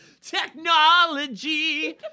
technology